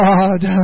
God